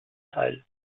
teil